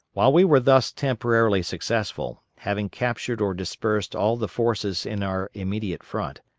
while we were thus temporarily successful, having captured or dispersed all the forces in our immediate front,